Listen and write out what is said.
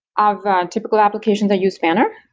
ah of um typical application that use spanner?